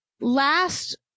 last